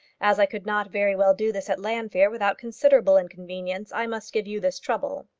as i could not very well do this at llanfeare without considerable inconvenience, i must give you this trouble.